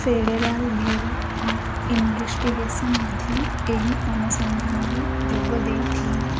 federal bureau of investigation ମଧ୍ୟ ଏହି ଅନୁସନ୍ଧାନରେ ଯୋଗ ଦେଇଥିଲା